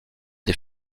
des